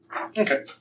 Okay